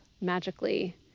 magically